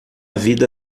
vida